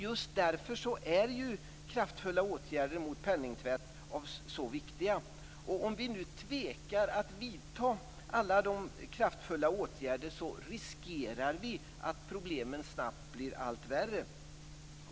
Just därför är kraftfulla åtgärder mot penningtvätt mycket viktiga. Om vi nu tvekar att vidta alla kraftfulla åtgärder riskerar vi att problemen snabbt blir allt värre.